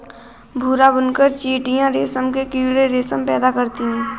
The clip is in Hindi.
भूरा बुनकर चीटियां रेशम के कीड़े रेशम पैदा करते हैं